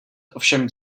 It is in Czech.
ovšem